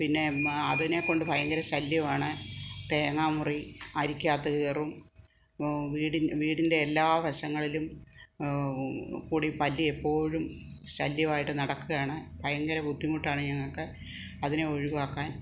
പിന്നെ അതിനെ കൊണ്ട് ഭയങ്കര ശല്യമാണ് തേങ്ങാ മുറി അരിക്കകത്ത് കയറും വീടി വീടിൻ്റെ എല്ലാ വശങ്ങളിലും കൂടി പല്ലിയെപ്പോഴും ശല്യമായിട്ട് നടക്കുകയാണ് ഭയങ്കര ബുദ്ധിമുട്ടാണ് ഞങ്ങൾക്ക് അതിനെ ഒഴിവാക്കാൻ